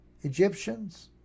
Egyptians